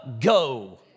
go